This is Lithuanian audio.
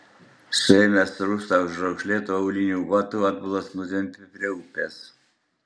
suėmęs rusą už raukšlėtų aulinių batų atbulas nutempė prie upės